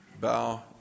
bow